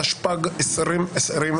התשפ"ג-2023.